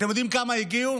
אתם יודעים כמה הגיעו,